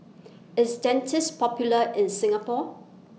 IS Dentiste Popular in Singapore